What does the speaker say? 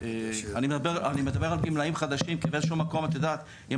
אני מדבר על גמלאים החדשים כי באיזה שהוא מקום את יודעת אם